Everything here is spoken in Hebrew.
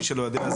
מי שלא יודע,